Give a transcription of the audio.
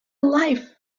life